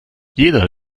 jeder